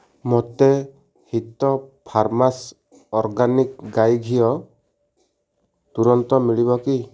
ମୋତେ ହିତଫାର୍ମସ୍ ଅର୍ଗାନିକ୍ ଗାଈ ଘିଅ ତୁରନ୍ତ ମିଳିବ କି